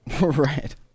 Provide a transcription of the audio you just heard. Right